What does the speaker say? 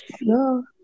No